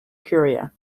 curia